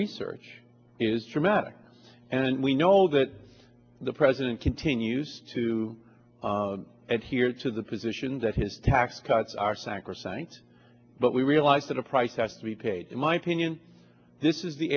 research is dramatic and we know that the president continues to adhere to the position that his tax cuts are sacrosanct but we realize that a price has to be paid in my opinion this is the